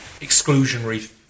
exclusionary